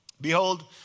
behold